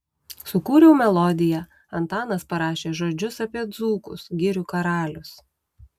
sukūriau melodiją antanas parašė žodžius apie dzūkus girių karalius